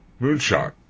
Moonshot